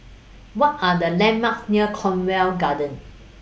What Are The landmarks near Cornwall Gardens